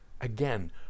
Again